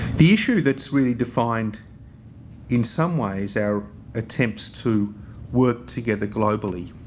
the issue that's really defined in some ways our attempts to work together globally